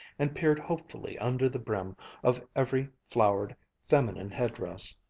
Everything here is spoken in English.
and peered hopefully under the brim of every flowered feminine headdress.